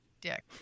dick